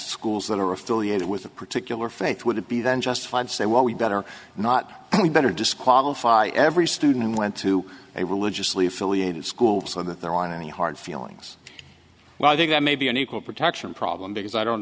schools that are affiliated with a particular faith would it be then justified say well we better not we better disqualify every student and went to a religiously affiliated school so that there aren't any hard feelings well i think that may be an equal protection problem because i don't